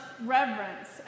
reverence